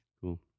cool